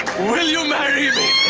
will you marry me?